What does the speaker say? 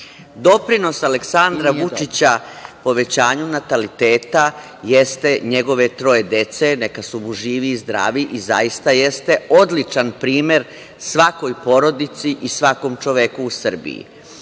Doprinos Aleksandra Vučića povećanju nataliteta jeste njegove troje dece, neka su mu živi i zdravi i zaista jeste odličan primer svakoj porodici i svakom čoveku u Srbiji,